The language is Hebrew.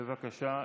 בבקשה.